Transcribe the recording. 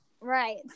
Right